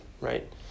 right